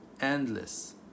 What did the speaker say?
endless